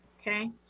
Okay